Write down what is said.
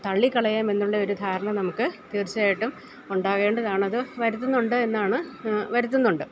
തള്ളിക്കളയാമെന്നുള്ളൊരു ധാരണ നമുക്ക് തീർച്ചയായിട്ടും ഉണ്ടാകേണ്ടതാണ് അത് വരുത്തുന്നുണ്ടെന്നാണ് വരുത്തുന്നുണ്ട്